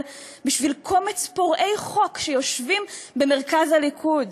בשביל קומץ פורעי חוק שיושבים במרכז הליכוד.